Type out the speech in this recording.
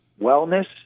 wellness